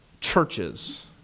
churches